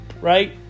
right